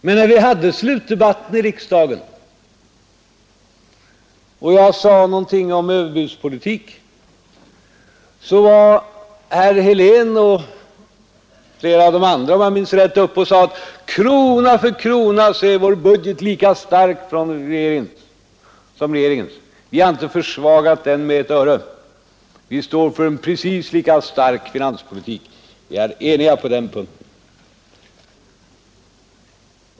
Men i slutdebatten i riksdagen, då jag sade någonting om överbudspolitik, sade herr Helén och flera andra: Krona för krona är vår budget lika stark som regeringens; vi har inte försvagat budgeten med ett öre — vi står för en precis lika stark politik, och vi är eniga på den punkten.